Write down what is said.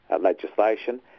legislation